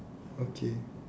okay